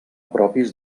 propis